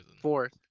Fourth